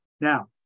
Now